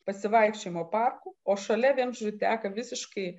pasivaikščiojimo parku o šalia vienu žodžiu teka visiškai